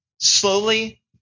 slowly